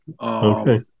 Okay